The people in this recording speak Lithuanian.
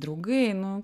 draugai nu